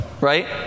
right